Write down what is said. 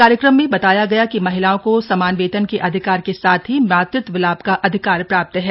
कार्यक्रम में बताया गया कि महिलाओं को समान वेतन के अधिकार के साथ ही मातृत्व लाभ का अधिकार प्राप्त है